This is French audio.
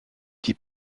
des